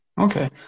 Okay